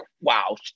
wow